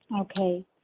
Okay